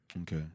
Okay